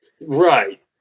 Right